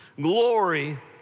glory